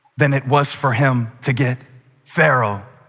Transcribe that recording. than it was for him to get pharaoh,